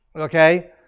Okay